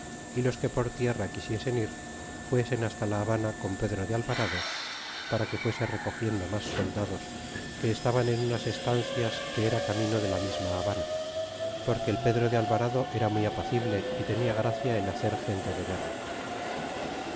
sue los que por tierra quisiesen ir fuesen hasta la habana con pedro de alvarado para que fuese recogiendo mas soldados que estaban en unas estancias que era camino de la misma habana porque el pedro de alvarado era muy apacible y tenia gracia en hacer gente de guerra